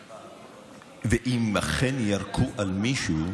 ואם אכן ירקו על מישהו,